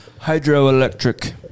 Hydroelectric